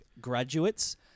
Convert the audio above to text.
graduates